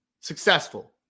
successful